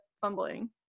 fumbling